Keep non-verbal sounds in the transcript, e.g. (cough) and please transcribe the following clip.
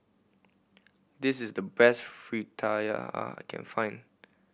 this is the best (unintelligible) I can find